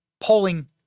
polling